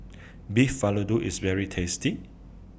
Beef Vindaloo IS very tasty